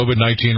COVID-19